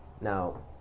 Now